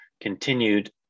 continued